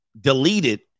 deleted